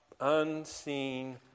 unseen